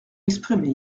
exprimée